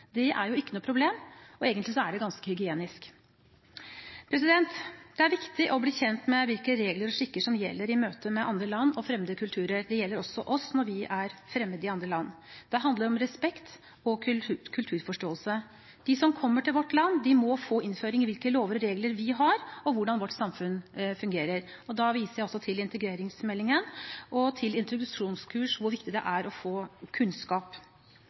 Det er jo ikke noe problem, og egentlig er det ganske hygienisk. Det er viktig å bli kjent med hvilke regler og skikker som gjelder i møte med andre land og fremmede kulturer. Det gjelder også oss, når vi er fremmede i andre land. Det handler om respekt og kulturforståelse. De som kommer til vårt land, må få innføring i hvilke lover og regler vi har, og hvordan vårt samfunn fungerer. Da viser jeg til integreringsmeldingen og til introduksjonskurs og hvor viktig det er å få kunnskap.